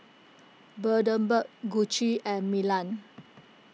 Bundaberg Gucci and Milan